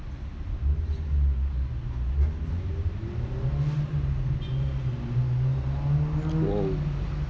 !wow!